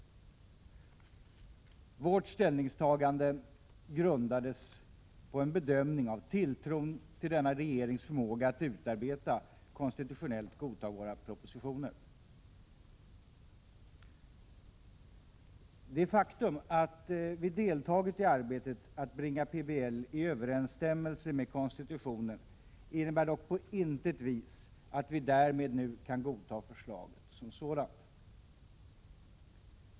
Vårt ställningstagande grundades på en bedömning av tilltron till denna regerings förmåga att utarbeta konstitutionellt godtagbara propositioner. Det faktum att vi deltagit i arbetet att bringa PBL i överensstämmelse med konstitutionen innebär dock på intet vis att vi därmed nu kan godta förslaget som sådant.